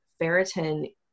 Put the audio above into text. ferritin